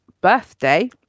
birthday